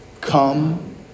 Come